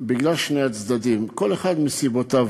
בגלל שני הצדדים, כל אחד עם סיבותיו.